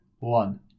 one